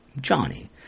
Johnny